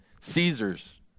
Caesar's